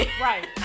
Right